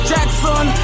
Jackson